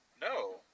No